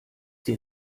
dir